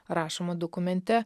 rašoma dokumente